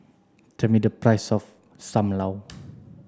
tell me the price of Sam Lau